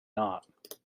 not